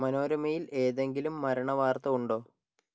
മനോരമയിൽ ഏതെങ്കിലും മരണ വാർത്ത ഉണ്ടോ